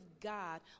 god